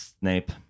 Snape